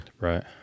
Right